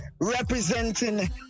representing